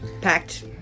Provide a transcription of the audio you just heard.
packed